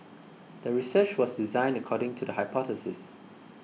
the research was designed according to the hypothesis